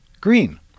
green